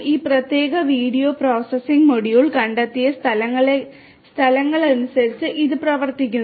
ഈ പ്രത്യേക video processing module കണ്ടെത്തിയ സ്ഥലങ്ങൾക്കനുസരിച്ചാണ് ഇത് പ്രവർത്തിക്കുന്നത്